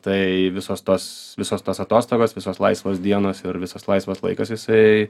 tai visos tos visos tos atostogos visos laisvos dienos ir visas laisvas laikas jisai